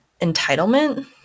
entitlement